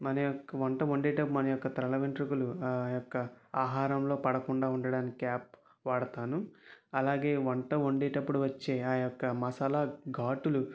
మన యొక్క వంట వండేటప్పుడు మన యొక్క తల వెంట్రుకలు ఆ యొక్క ఆహారంలో పడకుండా ఉండటానికి క్యాప్ వాడతాను అలాగే వంట వండేటప్పుడు వచ్చే ఆ యొక్క మసాలా ఘాటులు